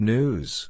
News